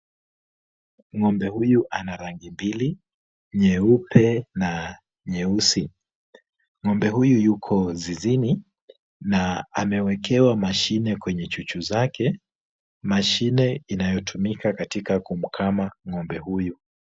Ng'ombe huyu ana rangi mbili. Nyeupe na nyeusi. Ng'ombe huyu yuko zizini na, amewekewa mashine kwenye chuchu zake. Mashine inayotumika katika kumkama ng'ombe huyu.